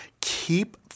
keep